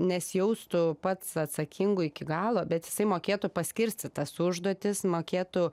nesijaustų pats atsakingu iki galo bet jisai mokėtų paskirstyt tas užduotis mokėtų